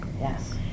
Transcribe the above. Yes